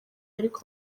ariko